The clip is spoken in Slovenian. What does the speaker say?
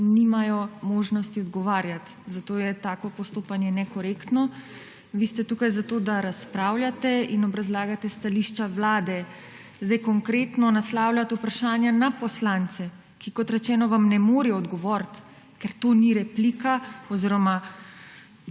nimajo možnosti odgovarjati. Zato je tako postopanje nekorektno. Vi ste tukaj zato, da razpravljate in obrazlagate stališča Vlade. Zdaj konkretno naslavljati vprašanja na poslance, kot rečeno, ki vam ne morejo odgovoriti, ker to ni replika oziroma